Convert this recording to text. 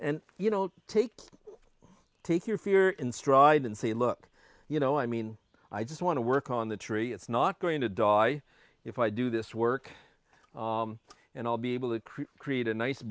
and you know take take your fear in stride and say look you know i mean i just want to work on the tree it's not going to die if i do this work and i'll be able to create a nice